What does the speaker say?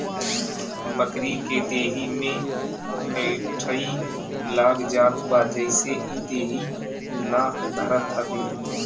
बकरी के देहि में अठइ लाग जात बा जेसे इ देहि ना धरत हवे